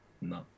No